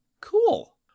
cool